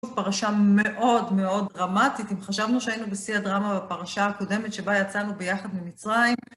פרשה מאוד מאוד דרמטית, אם חשבנו שהיינו בשיא הדרמה בפרשה הקודמת שבה יצאנו ביחד ממצרים.